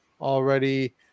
already